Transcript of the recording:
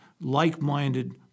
like-minded